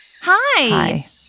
Hi